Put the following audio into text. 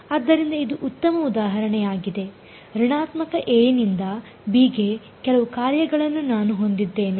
ಆದ್ದರಿಂದ ಇದು ಅತ್ಯುತ್ತಮ ಉದಾಹರಣೆಯಾಗಿದೆ ಋಣಾತ್ಮಕ ಎ ನಿಂದ ಬಿ ಗೆ ಕೆಲವು ಕಾರ್ಯಗಳನ್ನು ನಾನು ಹೊಂದಿದ್ದೇನೆ